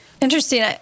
Interesting